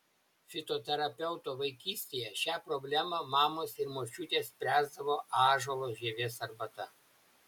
fitoterapeuto vaikystėje šią problemą mamos ir močiutės spręsdavo ąžuolo žievės arbata